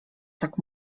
tak